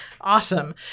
Awesome